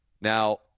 Now